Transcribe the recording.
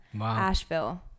Asheville